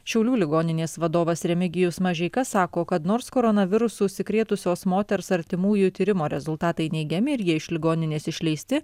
šiaulių ligoninės vadovas remigijus mažeika sako kad nors koronavirusu užsikrėtusios moters artimųjų tyrimo rezultatai neigiami ir jie iš ligoninės išleisti